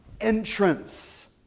entrance